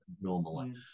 normally